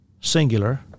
singular